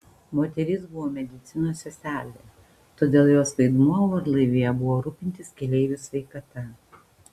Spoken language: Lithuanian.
moteris buvo medicinos seselė todėl jos vaidmuo orlaivyje buvo rūpintis keleivių sveikata